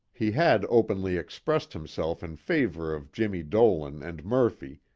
he had openly expressed himself in favor of jimmie dolan and murphy,